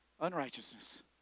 unrighteousness